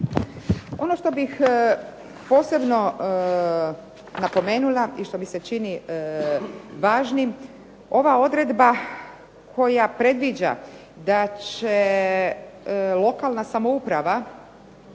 Ono što bih posebno napomenula i ono što mi se čini važnim, ova odredba koja predviđa da će lokalna samouprava,